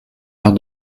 heure